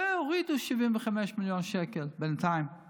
הורידו 75 מיליון שקל בינתיים, אני